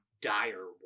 dire